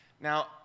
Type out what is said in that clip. Now